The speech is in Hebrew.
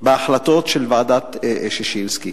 בהחלטות של ועדת-ששינסקי.